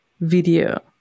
video